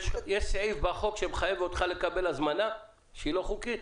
יש סעיף בחוק שמחייב אותך לקבל הזמנה שהיא לא חוקית?